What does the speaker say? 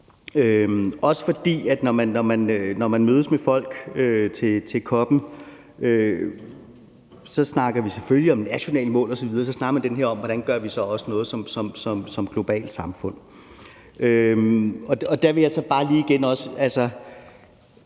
Også når man mødes med folk til COP'en, snakker vi selvfølgelig om nationale mål osv., og så snakker vi om, hvordan vi så gør noget som globalt samfund. Vi kan se, hvad vi har nået på 2 år.